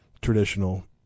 traditional